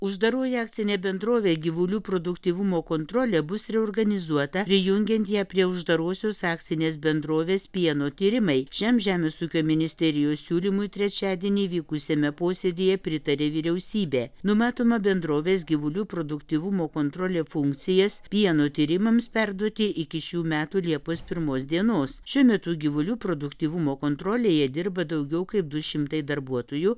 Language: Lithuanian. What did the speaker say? uždaroji akcinė bendrovė gyvulių produktyvumo kontrolė bus reorganizuota prijungiant ją prie uždarosios akcinės bendrovės pieno tyrimai šiam žemės ūkio ministerijos siūlymui trečiadienį vykusiame posėdyje pritarė vyriausybė numatoma bendrovės gyvulių produktyvumo kontrolė funkcijas pieno tyrimams perduoti iki šių metų liepos pirmos dienos šiuo metu gyvulių produktyvumo kontrolėje dirba daugiau kaip du šimtai darbuotojų